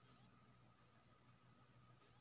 आलू कइसे रोपल जाय छै?